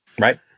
Right